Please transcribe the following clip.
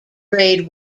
grade